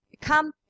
come